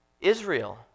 Israel